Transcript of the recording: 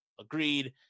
Agreed